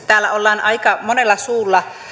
täällä on aika monella suulla